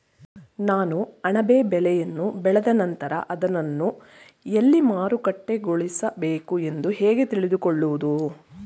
ನಾನು ಅಣಬೆ ಬೆಳೆಯನ್ನು ಬೆಳೆದ ನಂತರ ಅದನ್ನು ಎಲ್ಲಿ ಮಾರುಕಟ್ಟೆಗೊಳಿಸಬೇಕು ಎಂದು ಹೇಗೆ ತಿಳಿದುಕೊಳ್ಳುವುದು?